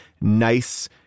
nice